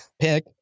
pick